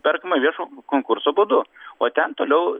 perkama viešo konkurso būdu o ten toliau